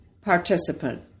participant